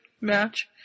match